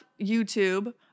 YouTube